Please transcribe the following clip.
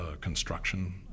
construction